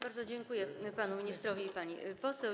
Bardzo dziękuję panu ministrowi i pani poseł.